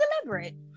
deliberate